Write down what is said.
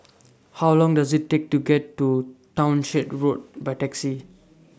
How Long Does IT Take to get to Townshend Road By Taxi